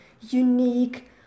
unique